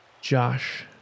Josh